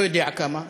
לא יודע כמה,